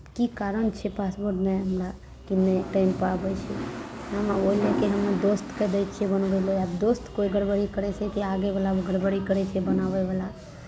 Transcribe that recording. की कारण छै पासपोर्ट नहि हमराके नहि टाइमपर आबै छै ओहि लऽ कऽ हम दोस्तकेँ दै छियै बनबै लए आब दोस्त कोइ गड़बड़ी करै छै कि आगेवला गड़बड़ी करै छै बनाबयवला